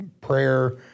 prayer